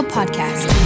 Podcast